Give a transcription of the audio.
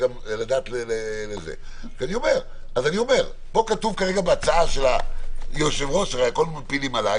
אני אומר שפה בהצעה של היושב-ראש הרי הכול מפילים עליי